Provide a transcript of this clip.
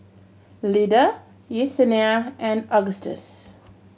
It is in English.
Lyda Yesenia and Augustus